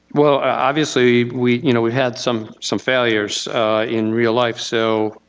well obviously we you know we had some some failures in real life, so